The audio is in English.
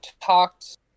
talked